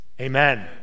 Amen